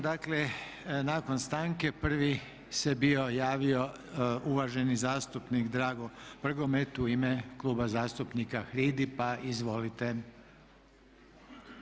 Dakle, nakon stanke prvi se bio javio uvaženi zastupnik Drago Prgomet u ime Kluba zastupnika HRID-i pa izvolite.